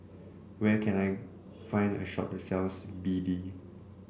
where can I find a shop that sells B D